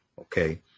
Okay